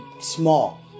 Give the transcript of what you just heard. small